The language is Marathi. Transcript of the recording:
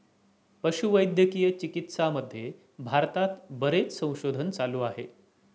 पशुवैद्यकीय चिकित्सामध्ये भारतात बरेच संशोधन चालू आहे